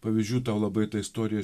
pavyzdžių ta labai ta istorija